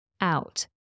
out